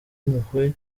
impuhwe